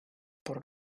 por